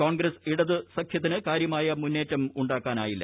കോൺഗ്രസ് ഇടതു സഖ്യത്തിന്ന് കാര്യമായ മുന്നേറ്റമുണ്ടാക്കാനായില്ല